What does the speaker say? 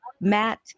Matt